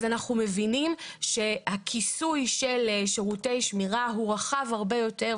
אז אנחנו מבינים שהכיסוי של שירותי שמירה הוא רחב הרבה יותר,